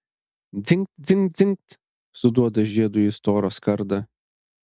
dzingt dzingt dzingt suduoda žiedu į storą skardą